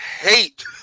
hate